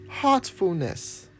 heartfulness